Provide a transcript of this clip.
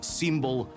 symbol